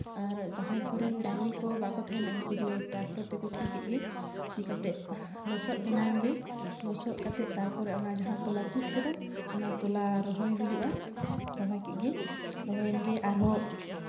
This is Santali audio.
ᱟᱨ ᱡᱟᱦᱟᱸᱭ ᱠᱚᱨᱮᱱ ᱰᱟᱝᱨᱤ ᱠᱚ ᱵᱟᱠᱚ ᱛᱟᱦᱮᱱᱟ ᱩᱱᱠᱩ ᱫᱚ ᱴᱨᱟᱠᱴᱚᱨ ᱛᱮᱠᱚ ᱥᱤ ᱠᱮᱫᱜᱮ ᱥᱤ ᱠᱟᱛᱮᱫ ᱞᱚᱥᱚᱫ ᱵᱮᱱᱟᱣᱮᱱ ᱜᱮ ᱞᱚᱥᱚᱫ ᱠᱟᱛᱮᱫ ᱛᱟᱨᱯᱚᱨᱮ ᱚᱱᱟ ᱡᱟᱦᱟᱸ ᱛᱚᱞᱟ ᱛᱩᱫ ᱠᱟᱫᱟ ᱚᱱᱟ ᱛᱚᱞᱟ ᱨᱚᱦᱚᱭ ᱦᱩᱭᱩᱜᱼᱟ ᱨᱚᱦᱚᱭᱮᱱᱜᱮ ᱟᱨᱦᱚᱸ